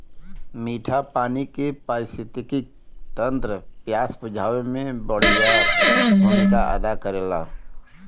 मीठा पानी के पारिस्थितिकी तंत्र प्यास बुझावे में बड़ियार भूमिका अदा करेला